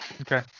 Okay